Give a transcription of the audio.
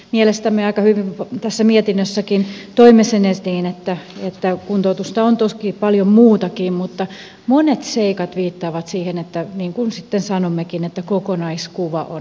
mielestämme aika hyvin tässä mietinnössäkin toimme sen esiin että kuntoutusta on toki paljon muutakin mutta monet seikat viittaavat siihen niin kuin sitten sanommekin että kokonaiskuva on hajanainen